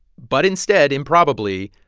but instead, improbably,